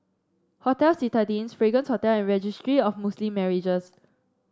Hotel Citadines Fragrance Hotel and Registry of Muslim Marriages